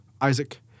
Isaac